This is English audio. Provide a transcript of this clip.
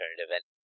alternative